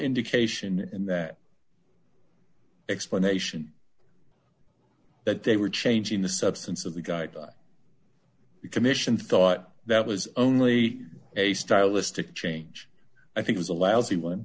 indication in that explanation that they were changing the substance of the garda commission thought that was only a stylistic change i think was a lousy one